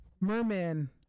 merman